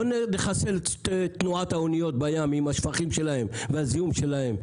בואו נחסל את תנועת האניות בים עם השפכים שלהן והזיהום שלהן,